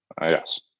Yes